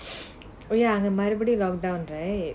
oh ya the minority lay down day